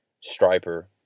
striper